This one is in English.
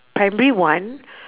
primary one